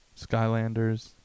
Skylanders